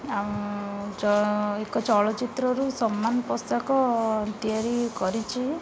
ଆଉ ଏକ ଚଳଚ୍ଚିତ୍ରରୁ ସମ୍ମାନ ପୋଷାକ ତିଆରି କରିଛି